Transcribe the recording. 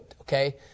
okay